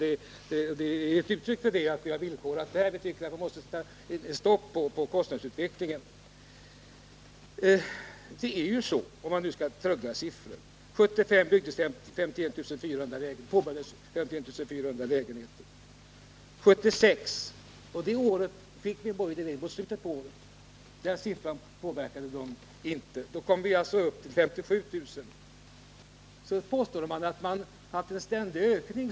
Att vi har villkorat är ett uttryck för att vi anser att man måste sätta stopp för kostnadsutvecklingen. Om man nu skall traggla med siffror kan nämnas att 51 400 lägenheter påbörjades år 1975. År 1976 kom vi upp i 57 000 lägenheter. I slutet av 1976 fick vi en borgerlig regering, men siffran påverkades inte av detta. Nu påstår de borgerliga att det därefter har skett en ständig ökning.